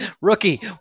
Rookie